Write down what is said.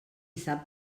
sap